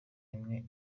imwe